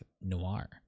Noir